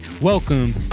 Welcome